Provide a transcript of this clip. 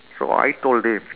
so I told him